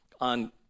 on